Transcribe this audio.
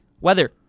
Weather